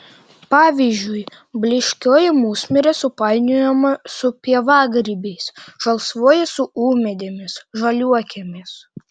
pavyzdžiui blyškioji musmirė supainiojama su pievagrybiais žalsvoji su ūmėdėmis žaliuokėmis